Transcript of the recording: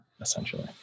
essentially